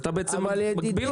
אז אתה בעצם מגביל אותם.